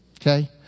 Okay